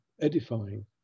edifying